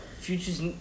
Future's